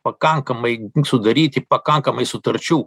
pakankamai sudaryti pakankamai sutarčių